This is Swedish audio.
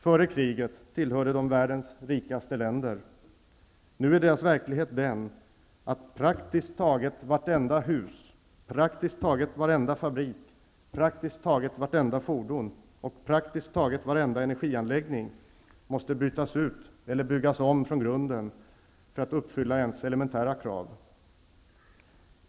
Före kriget tillhörde de världens rikaste länder. Nu är deras verklighet den, att praktiskt taget vartenda hus, praktiskt taget varenda fabrik, praktiskt taget vartenda fordon och praktiskt taget varenda energianläggning måste bytas ut eller byggas om från grunden för att uppfylla ens elementära krav.